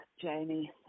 Jamie